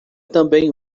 também